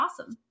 Awesome